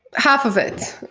half of it.